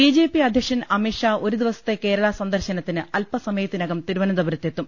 B J P അധ്യക്ഷൻ അമിത്ഷാ ഒരു ദിവസ്ത്തെ കേരളാ സന്ദർശനത്തിന് അല്പസമയത്തിനകം തിരുവനന്തപുരത്ത് എത്തും